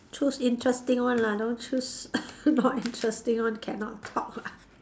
choose interesting one lah don't choose not interesting one cannot talk lah